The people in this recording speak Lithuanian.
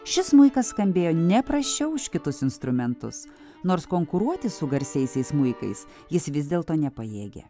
šis smuikas skambėjo ne prasčiau už kitus instrumentus nors konkuruoti su garsiaisiais smuikais jis vis dėlto nepajėgė